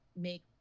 make